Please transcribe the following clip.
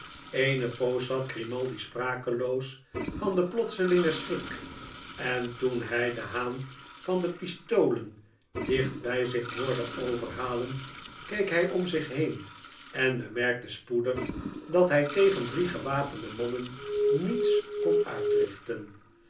eene poos zat grimaldi sprakeloos van den plotselingen schrik en toen hij den haan van de pistolen dicht bij zich hoorde overhalen keek hij om zich heen enjbemerkte spoedig dat hij tegen drie gewapende mannen niets kon uitrichten